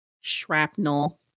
shrapnel